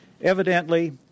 Evidently